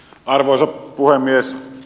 arvoisa puhemies